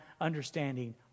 understanding